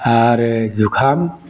आरो जुखाम